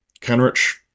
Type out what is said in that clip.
Kenrich